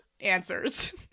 answers